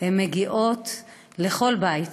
נמצאות בכל בית